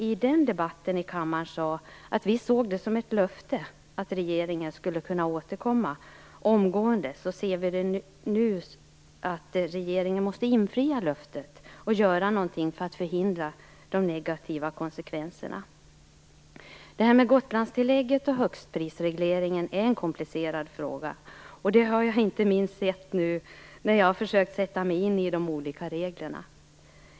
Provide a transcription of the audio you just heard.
I debatten i kammaren sade vi att vi såg det som ett löfte att regeringen skulle återkomma omgående. Nu anser vi att regeringen måste infria löftet och göra någonting för att förhindra de negativa konsekvenserna. Gotlandstillägget och högstprisregleringen är komplicerade frågor. Det har jag inte minst insett när jag nu har försökt sätta mig in i de olika reglerna.